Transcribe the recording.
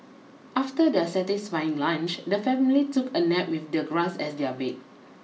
after their satisfying lunch the family took a nap with the grass as their bed